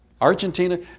Argentina